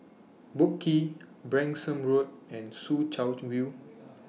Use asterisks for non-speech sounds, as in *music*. *noise* Boat Quay Branksome Road and Soo Chow View